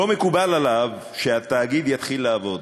לא מקובל עליו שהתאגיד יתחיל לעבוד.